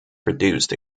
produced